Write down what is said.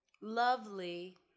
lovely